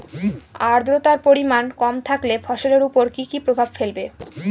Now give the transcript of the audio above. আদ্রর্তার পরিমান কম থাকলে ফসলের উপর কি কি প্রভাব ফেলবে?